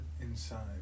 inside